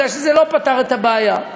כי זה לא פתר את הבעיה.